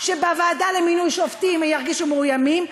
שבוועדה למינוי שופטים ירגישו מאוימים.